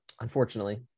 Unfortunately